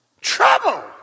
trouble